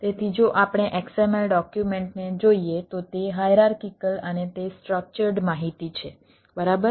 તેથી જો આપણે XML ડોક્યુમેન્ટને જોઈએ તો તે હાયરાર્કિકલ માહિતી છે બરાબર